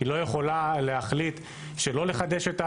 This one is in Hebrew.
היא לא יכולה להחליט שלא לחדש את הביטוח.